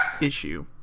issue